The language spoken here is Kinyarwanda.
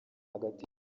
hagati